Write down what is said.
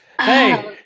hey